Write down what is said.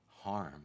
harm